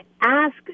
ask